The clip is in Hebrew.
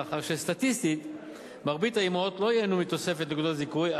מאחר שסטטיסטית מרבית האמהות לא ייהנו מתוספת נקודות הזיכוי,